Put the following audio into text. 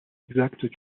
exacte